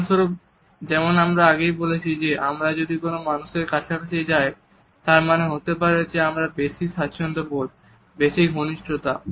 উদাহরণস্বরূপ যেমন আগেই বলেছি যে আমরা যদি অন্য মানুষের কাছাকাছি যাই তার মানে হতে পারে বেশী স্বাচ্ছন্দ্যবোধ বেশি ঘনিষ্ঠতা